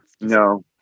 No